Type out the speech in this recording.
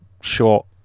short